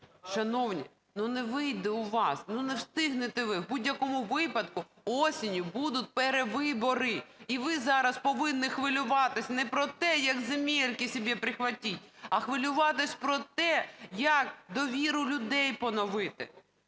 Шановні, не вийде у вас, не встигнете ви. В будь-якому випадку восени будуть перевибори. І зараз повинні хвилюватись не про те, як земельки собі прихватити, а хвилюватись про те, як довіру людей поновити.